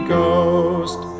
Ghost